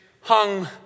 hung